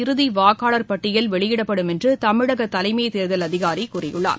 இறுதி வாக்காளர் பட்டியல் வெளியிடப்படும் என்று தமிழக தலைமை தேர்தல் அதிகாரி கூறியுள்ளார்